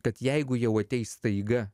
kad jeigu jau ateis staiga